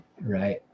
Right